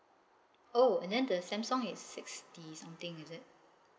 oh and then the samsung is sixty something is it